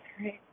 right